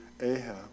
Ahab